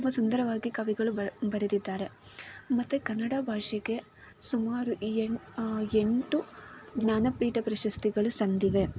ತುಂಬ ಸುಂದರವಾಗಿ ಕವಿಗಳು ಬರೆದಿದ್ದಾರೆ ಮತ್ತು ಕನ್ನಡ ಭಾಷೆಗೆ ಸುಮಾರು ಎಂಟು ಎಂಟು ಜ್ಞಾನಪೀಠ ಪ್ರಶಸ್ತಿಗಳು ಸಂದಿವೆ